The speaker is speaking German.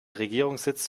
regierungssitz